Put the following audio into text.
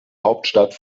hauptstadt